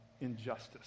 injustice